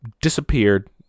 disappeared